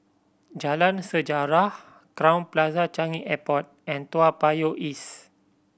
Jalan Sejarah Crowne Plaza Changi Airport and Toa Payoh East